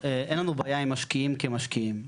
אין לנו בעיה עם משקיעים כמשקיעים.